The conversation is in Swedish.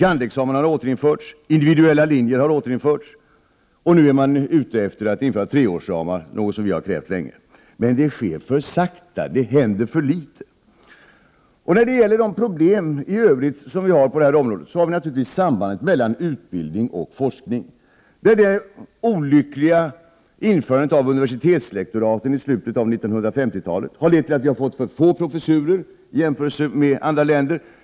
kand.-examen har återinförts, individuella linjer har återinförts och nu har man för avsikt att införa treårsramar, något som vi moderater länge har krävt. Men det går för sakta. Det händer för litet. När det gäller problemen i övrigt på det här området har vi naturligtvis sambandet mellan utbildning och forskning. Det olyckliga införandet av universitetslektoraten i slutet av 1950-talet har lett till att vi har fått för få professurer i jämförelse med andra länder.